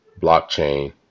blockchain